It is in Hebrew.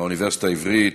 מהאוניברסיטה העברית,